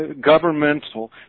governmental